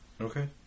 Okay